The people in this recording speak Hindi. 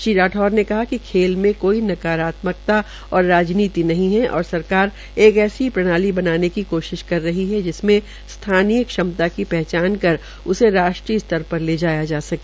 श्रीराठौर ने कहा कि खेल में कोई नकारात्मकता और राजनीति नहीं है और सरकार एक ऐसी प्रणाली बनाने की कोशिश कर रही है जिसमें स्थानीय क्षमता की पहचान कर उसे राष्ट्रीय स्तर पर ले जाया जा सके